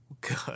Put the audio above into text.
good